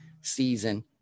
season